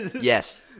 yes